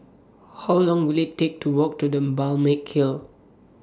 How Long Will IT Take to Walk to The Balmeg Hill